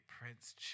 Prince